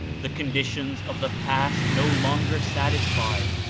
the conditions of the past no longer satisfy.